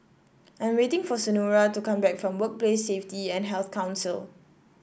I'm waiting for Senora to come back from Workplace Safety and Health Council